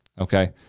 okay